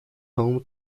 home